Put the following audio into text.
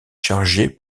chargé